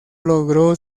logró